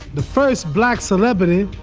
the first black celebrity,